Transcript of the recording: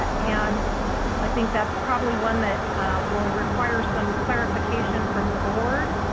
and i think that's probably one that will require some clarification from the board.